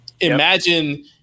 imagine